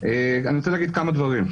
אני רוצה להגיד כמה דברים,